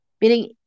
meaning